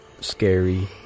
scary